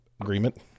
agreement